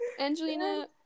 Angelina